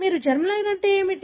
మీరు germ line అంటే ఏమిటి